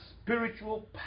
spiritual